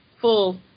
full